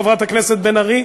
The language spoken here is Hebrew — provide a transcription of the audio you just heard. חברת הכנסת בן ארי,